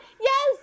Yes